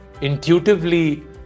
intuitively